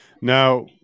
Now